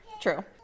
True